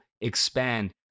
expand